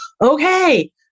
okay